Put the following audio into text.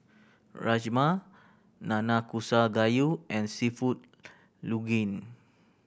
Rajma Nanakusa Gayu and Seafood Linguine